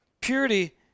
Purity